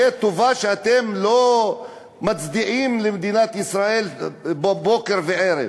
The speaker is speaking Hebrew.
טובה שאתם לא מצדיעים למדינת ישראל בוקר וערב?